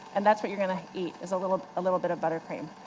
and that's what you're going to eat, is a little little bit of butter cream.